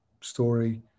story